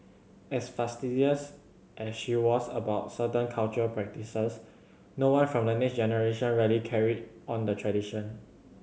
as fastidious as she was about certain cultural practices no one from the next generation really carried on the tradition